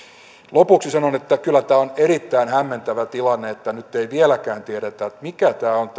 lopuksi sanon että kyllä tämä on erittäin hämmentävä tilanne että nyt ei vieläkään tiedetä mikä on